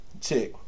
Check